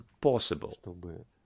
possible